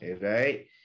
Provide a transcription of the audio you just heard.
right